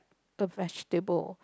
a vegetable